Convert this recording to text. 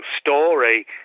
story